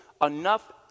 enough